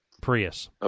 Prius